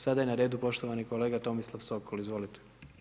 Sada je na redu poštovani kolega Tomislav Sokol, izvolite.